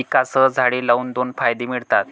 पिकांसह झाडे लावून दोन फायदे मिळतात